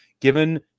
Given